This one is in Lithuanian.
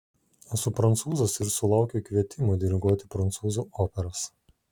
esu prancūzas ir sulaukiu kvietimų diriguoti prancūzų operas